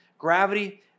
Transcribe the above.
Gravity